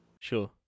Sure